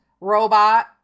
robot